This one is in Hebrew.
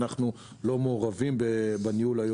ואנחנו לא מעורבים בניהול היום-יומי.